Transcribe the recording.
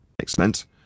Excellent